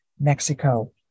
Mexico